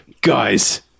guys